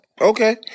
okay